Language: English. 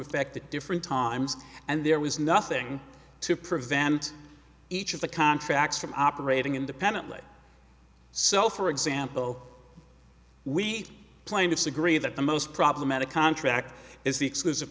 effect at different times and there was nothing to prevent each of the contracts from operating independently so for example we plaintiffs agree that the most problematic contract is the ex